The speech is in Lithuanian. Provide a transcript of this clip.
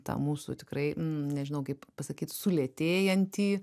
tą mūsų tikrai nežinau kaip pasakyt sulėtėjantį